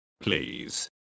please